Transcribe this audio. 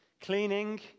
cleaning